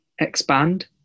expand